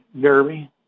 Derby